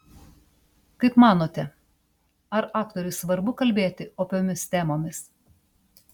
kaip manote ar aktoriui svarbu kalbėti opiomis temomis